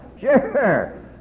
Sure